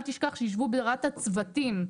אל תשכח שיישבו ברת"א צוותים.